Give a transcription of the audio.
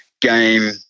game